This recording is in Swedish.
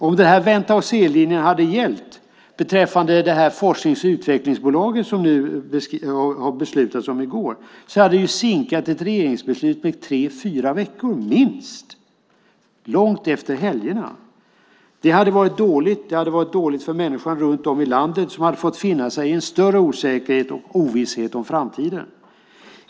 Om den här vänta-och-se-linjen hade gällt beträffande det forsknings och utvecklingsbolag som det beslutades om i går hade det sinkat ett regeringsbeslut med tre fyra veckor minst. Det hade dröjt till långt efter helgerna. Det hade varit dåligt. Det hade varit dåligt för människorna runt om i landet som hade fått finna sig i en större osäkerhet och ovisshet om framtiden.